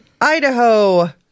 Idaho